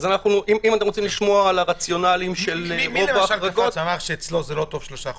מי אמר שאצלו לא טוב שלושה חודשים?